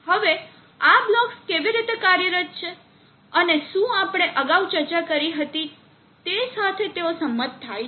હવે આ બ્લોક્સ કેવી રીતે કાર્યરત છે અને શું આપણે અગાઉ ચર્ચા કરી હતી તે સાથે તેઓ સંમત થાય છે